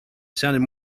sounded